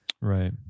Right